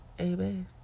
amen